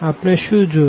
આપણે શુ જોયું